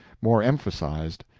more emphasized.